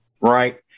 Right